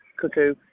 cuckoo